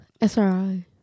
SRI